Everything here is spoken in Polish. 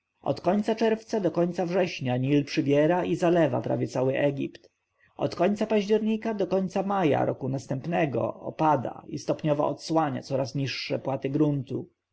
od końca czerwca do końca września nil przybiera i zalewa prawie cały egipt od końca października do końca maja roku następnego opada i stopniowo odsłania coraz niższe płaty gruntu